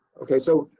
okay so,